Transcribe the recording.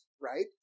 right